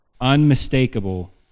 unmistakable